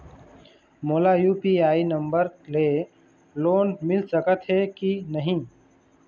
मोला UPI number ले loan मिल सकथे कि नहीं?